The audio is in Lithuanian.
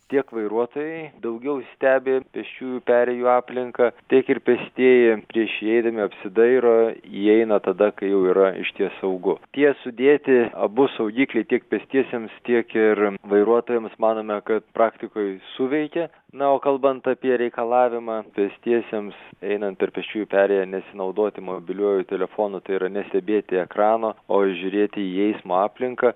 tiek vairuotojai daugiau stebi pėsčiųjų perėjų aplinką tiek ir pėstieji prieš įeidami apsidairo įeina tada kai jau yra išties saugu tie sudėti abu saugikliai tiek pėstiesiems tiek ir vairuotojams manome kad praktikoj suveikia na o kalbant apie reikalavimą pėstiesiems einant per pėsčiųjų perėją nesinaudoti mobiliuoju telefonu tai yra nestebėti ekrano o žiūrėti į eismo aplinką